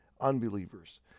unbelievers